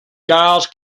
giles